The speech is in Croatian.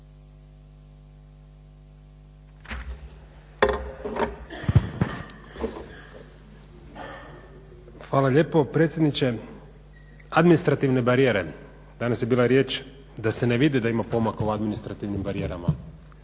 Hvala lijepo predsjedniče. Administrativne barijere, danas je bila riječ da se ne vidi da ima pomak u administrativnim barijerama.